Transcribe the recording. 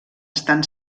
estan